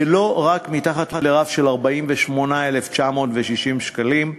ולא רק מתחת לרף של 48,960 שקלים.